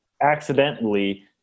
accidentally